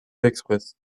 express